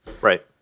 Right